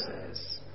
says